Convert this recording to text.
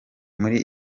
muri